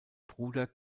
bruder